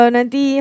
Nanti